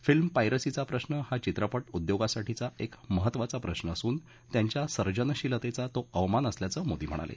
film पायरसीचा प्रश्न हा चित्रपट उद्योगासाठीचा एक महत्त्वाचा प्रश्न असून त्यांच्या सर्जनशिलतेचा तो अवमान असल्याचं मोदी म्हणाले